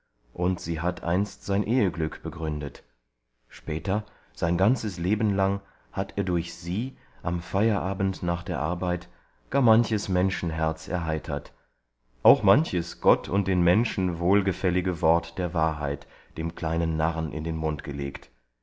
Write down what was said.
und sie hat einst sein eheglück begründet später sein ganzes leben lang hat er durch sie am feierabend nach der arbeit gar manches menschenherz erheitert auch manches gott und den menschen wohlgefällige wort der wahrheit dem kleinen narren in den mund gelegt